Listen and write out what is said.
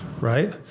right